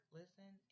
listen